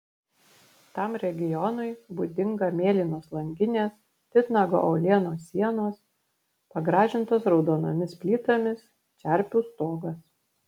tam regionui būdinga mėlynos langinės titnago uolienos sienos pagražintos raudonomis plytomis čerpių stogas